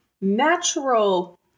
natural